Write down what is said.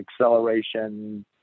acceleration